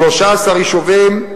13 יישובים,